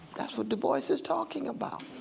that's what du bois is talking about.